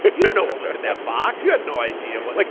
you know what was in that box? you had no idea what. like